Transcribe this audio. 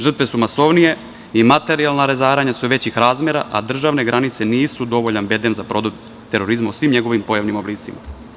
Žrtve su masovnije i materijalna razaranja su većih razmera, a državne granice nisu dovoljan bedem za produkt terorizma u svim njegovim oblicima.